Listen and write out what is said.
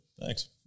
Thanks